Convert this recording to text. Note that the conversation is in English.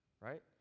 right